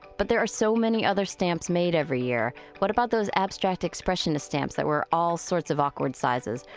but there are so many other stamps made every year. what about those abstract expressionist stamps that were all sorts of awkward sizes?